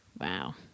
Wow